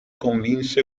convinse